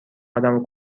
آدمو